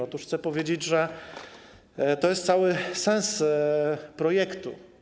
Otóż chcę powiedzieć, że to jest cały sens projektu.